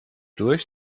durch